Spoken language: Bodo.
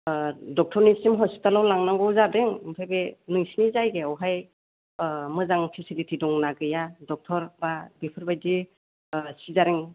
ड'क्टरनिसिम हस्पिटालाव लांनांगौ जादों ओमफ्राय बे नोंसिनि जायगायावहाय मोजां फेसिलिटि दंना गैया ड'क्टर बा बेफोर बायदि सिजारिन